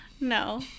No